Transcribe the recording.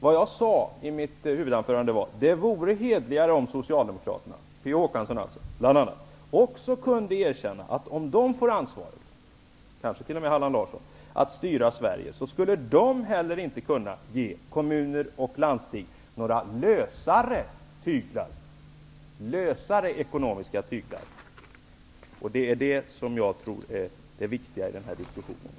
Vad jag sade i mitt huvudanförande var: ''Det vore hederligare om Socialdemokraterna'' -- alltså bl.a. P O Håkansson -- ''kunde erkänna att de, om de får ansvaret att styra Sverige och Allan Larsson får bli finansminister, inte heller skulle kunna ge kommuner och landsting lösare tyglar i fråga om ekonomin.'' Det är detta som jag tror är det viktiga i den här diskussionen.